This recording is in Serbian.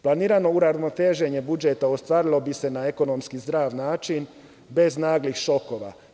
Planirano uravnoteženje budžeta ostvarilo bi se na ekonomski zdrav način bez naglih šokova.